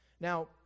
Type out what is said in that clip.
Now